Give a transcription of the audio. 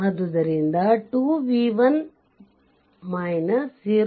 2 v1 0